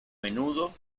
menudo